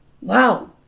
Wow